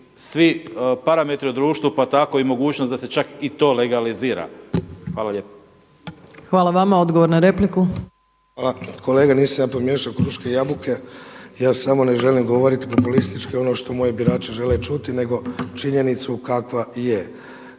svi parametri u društvu, pa tako i mogućnost da se čak i to legalizira. Hvala lijepo. **Opačić, Milanka (SDP)** Hvala vama. Odgovor na repliku. **Babić, Vedran (SDP)** Hvala. Kolega Lenart nisam ja pomiješao kruške i jabuke. Ja samo ne želim govoriti populistički ono što moji birači žele čuti, nego činjenicu kakva je.